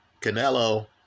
Canelo